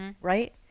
Right